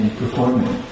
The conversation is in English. performing